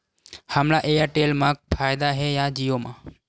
हमला एयरटेल मा फ़ायदा हे या जिओ मा?